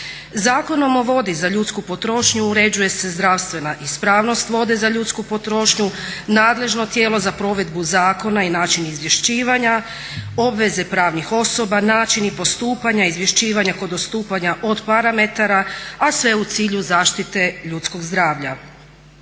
Zakonom o vodi za ljudsku potrošnju uređuje se zdravstvena ispravnost vode za ljudsku potrošnju, nadležno tijelo za provedbu zakona i način izvješćivanja, obveze pravnih osoba, način i postupanje, izvješćivanja kod odstupanja od parametara, a sve u cilju zaštite ljudskog zdravlja.